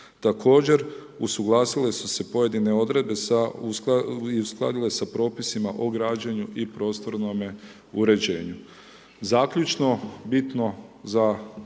Također, usuglasile su se pojedine odredbe i uskladile sa propisima o građenju i prostornom uređenju.